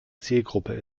zielgruppe